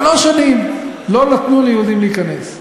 שלוש שנים לא נתנו ליהודים להיכנס.